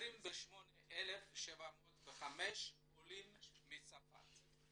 28,705 עולים מצרפת.